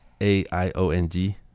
A-I-O-N-G